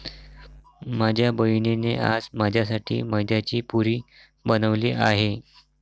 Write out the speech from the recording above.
माझ्या बहिणीने आज माझ्यासाठी मैद्याची पुरी बनवली आहे